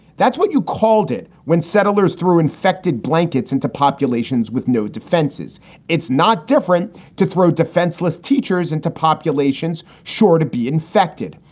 that's what you called it. when settlers threw infected blankets into populations with no defenses, it's not different to throw defenseless teachers into populations sure to be infected.